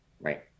right